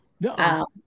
No